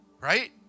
Right